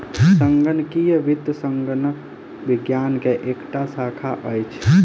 संगणकीय वित्त संगणक विज्ञान के एकटा शाखा अछि